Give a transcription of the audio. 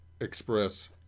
express